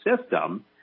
system